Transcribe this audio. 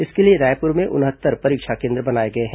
इसके लिए रायपुर में उनहत्तर परीक्षा केन्द्र बनाए गए हैं